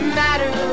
matter